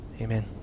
Amen